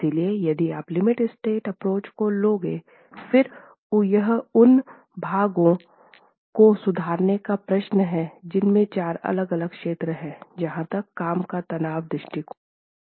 इसलिए यदि आप लिमिट स्टेट एप्रोच को लोगे फिर यह उन भावों को सुधारने का प्रश्न है जिसमें चार अलग अलग क्षेत्र हैं जहाँ तक काम का तनाव दृष्टिकोण था